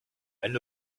elles